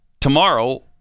Tomorrow